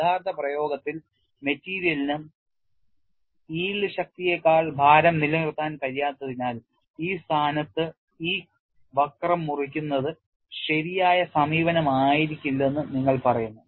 യഥാർത്ഥ പ്രയോഗത്തിൽ മെറ്റീരിയലിന് yield ശക്തിയേക്കാൾ ഭാരം നിലനിർത്താൻ കഴിയാത്തതിനാൽ ഈ സ്ഥാനത്ത് ഈ വക്രം മുറിക്കുന്നത് ശരിയായ സമീപനമായിരിക്കില്ലെന്ന് നിങ്ങൾ പറയുന്നു